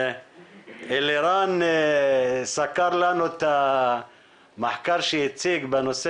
אלירן סקר לנו את המחקר שהציג בנושא